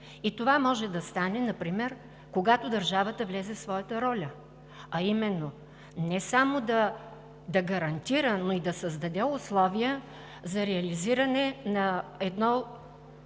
и това може да стане например, когато държавата влезе в своята роля, а именно – не само да гарантира, но и да създаде условия за реализиране на едно